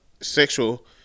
sexual